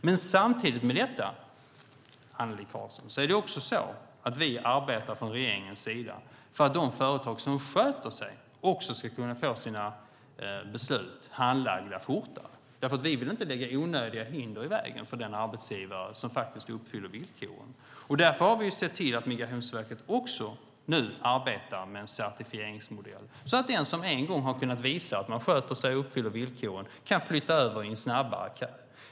Men samtidigt med detta, Annelie Karlsson, är det också så att vi från regeringens sida arbetar för att de företag som sköter sig ska kunna få sina beslut handlagda fortare, för vi vill inte lägga onödiga hinder i vägen för den arbetsgivare som uppfyller villkoren. Därför har vi sett till att Migrationsverket också nu arbetar med en certifieringsmodell så att den som en gång har kunnat visa att man sköter sig och uppfyller villkoren kan flytta över i en snabbare takt.